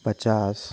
पचास